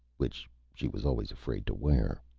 which she was always afraid to wear.